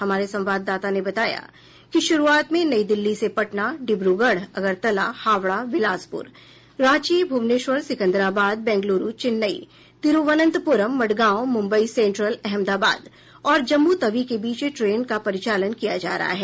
हमारे संवाददाता ने बताया कि शुरुआत में नई दिल्ली से पटना डिब्रूगढ अगरतला हावडा बिलासपुर रांची भुवनेश्वर सिकंदराबाद बेंगलुरू चेन्नई तिरूवनंतपुरम मडगांव मुंबई सेंट्रल अहमदाबाद और जम्मू तवी के बीच ट्रेन परिचालन किया जा रहा है